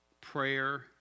prayer